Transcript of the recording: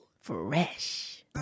Fresh